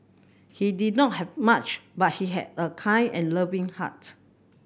he did not have much but he had a kind and loving heart